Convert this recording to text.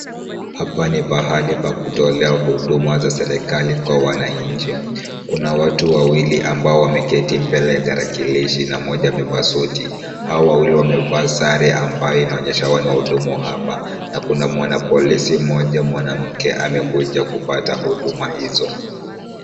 Hapa ji pahali pa kutolea huduma za serikali kwa wananchi. Kuna watu wawili ambao wameketi mbele ya tarakilishi na wamevaa suti. Hao wawili wamevaa sare ambayo inaonyesha wao ni wahudumu hapa na kuna mwanapolisi mmoja mwanamke ambaye amekuja kupata huduma hizo.